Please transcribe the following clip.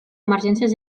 emergències